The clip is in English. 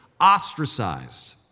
ostracized